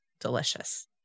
delicious